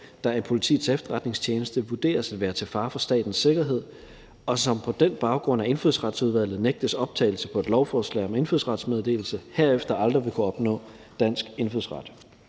der af Politiets Efterretningstjeneste vurderes at være til fare for statens sikkerhed, og som på den baggrund af Indfødsretsudvalget nægtes optagelse på et lovforslag om indfødsrets meddelelse, herefter aldrig vil kunne opnå dansk indfødsret.